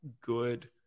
good